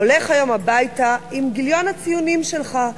הולך היום הביתה עם גיליון הציונים שלך,